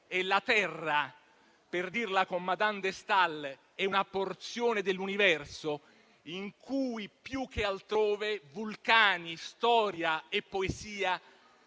è la terra, per dirla con Madame de Staël, che è una porzione dell'universo in cui più che altrove vulcani, storia e poesia